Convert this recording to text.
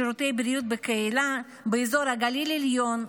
שירותי בריאות בקהילה באזור הגליל העליון,